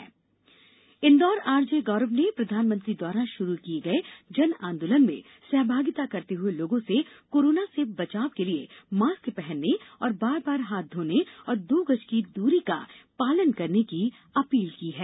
जन आंदोलन इन्दौर आरजे गौरव ने प्रधानमंत्री द्वारा शुरू किये गए जन आंदोलन में सहभागिता करते हुए लोगों से कोरोना से बचाव के लिए मास्क पहनने और बार बार हाथ धोने और दो गज की दूरी का पालन करने की अपील की है